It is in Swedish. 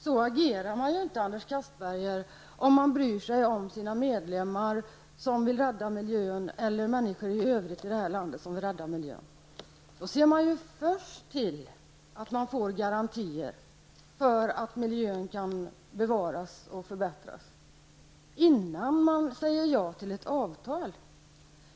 Så agerar man inte, Anders Castberger, om man bryr sig om sina medmänniskor som vill rädda miljön i det här landet. Först måste man se till att man har garantier för att miljön kan bevaras och förbättras innan man säger ja till ett avtal.